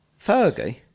Fergie